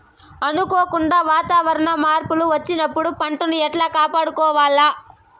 అనుకోకుండా వాతావరణ మార్పులు వచ్చినప్పుడు పంటను ఎట్లా కాపాడుకోవాల్ల?